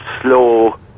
slow